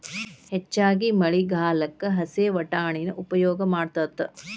ಹೆಚ್ಚಾಗಿ ಮಳಿಗಾಲಕ್ಕ ಹಸೇ ವಟಾಣಿನ ಉಪಯೋಗ ಮಾಡತಾತ